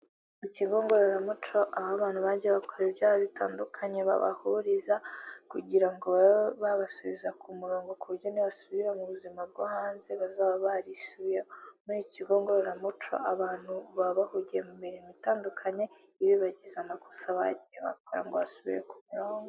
Mu kigo ngororamuco, aho abantu bajya bakora ibyaha bitandukanye babahuriza kugira ngo babe babasubiza ku murongo, ku buryo nibasubira mu buzima bwo hanze bazaba barisubiyeho. Muri kigo ngororamuco abantu baba bahugiye mu mirimo itandukanye, ibibagiza amakosa bagiye bakora ngo basubire ku murongo.